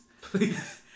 please